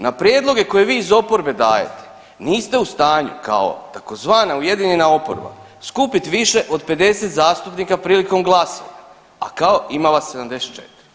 Na prijedloge koje vi iz oporbe dajete niste u stanju kao tzv. ujedinjena oporba skupit više od 50 zastupnika prilikom glasovanja, a kao ima vas 74.